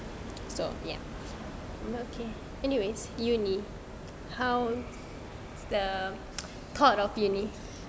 um okay anyway uni how's the thought of uni